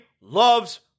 loves